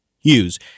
use